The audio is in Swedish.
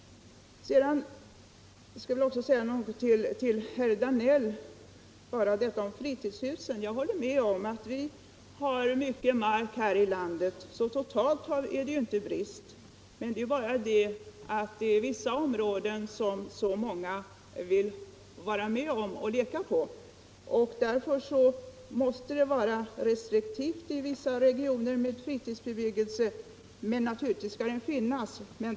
Låt mig också säga några ord till herr Danell om fritidshusen. Jag håller med om att vi har mycket mark här i landet. Totalt har vi alltså ingen brist i det avseendet. Men det är bara så att vissa områden är särskilt starkt efterfrågade för olika intressen och att man därför måste vara restriktiv med fritidsbebyggelse inom vissa regioner. Men naturligtvis skall en sådan tillåtas också där.